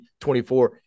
24